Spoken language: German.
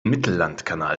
mittellandkanal